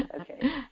Okay